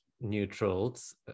neutrals